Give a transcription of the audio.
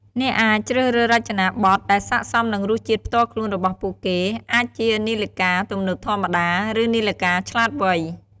អ្នកអាចជ្រើសរើសរចនាប័ទ្មដែលស័ក្តិសមនឹងរសជាតិផ្ទាល់ខ្លួនរបស់ពួកគេ អាចជានាឡិកាទំនើបធម្មតា ឬ នាឡិកាឆ្លាតវៃ។